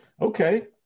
Okay